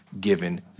given